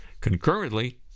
concurrently